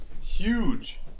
huge